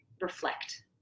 reflect